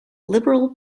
liberal